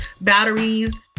batteries